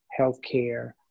healthcare